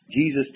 Jesus